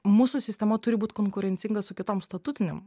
mūsų sistema turi būt konkurencinga su kitom statutinėm